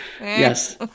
Yes